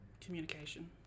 Communication